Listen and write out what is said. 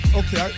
okay